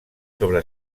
sobre